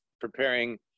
preparing